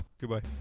Goodbye